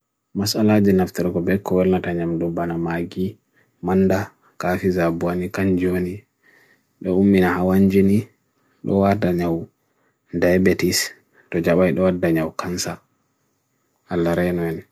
mas ola jinaf tere ko bek ko wela tanyam doba na magi manda kafiza buwani kanjwani do ummina hawanjini loa danyahu diabetis dojawai doa danyahu kansa alla reyanu eni